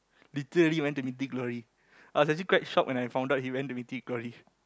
literally went to Mythic-Glory I was actually quite shock when I found out he went to Mythic-Glory